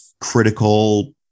critical